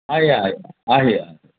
आहे आहे आहे